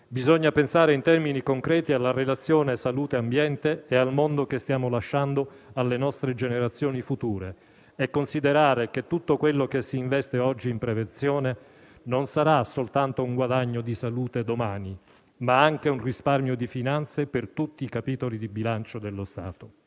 Bisogna pensare in termini concreti alla relazione tra la salute e l'ambiente e al mondo che stiamo lasciando alle nostre generazioni future e considerare che tutto quello che si investe oggi in prevenzione sarà non soltanto un guadagno di salute domani, ma anche un risparmio di finanze per tutti i capitoli di bilancio dello Stato.